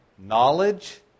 Knowledge